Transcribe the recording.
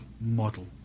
model